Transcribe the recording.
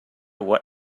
what